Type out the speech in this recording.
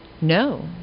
no